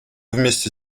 вместе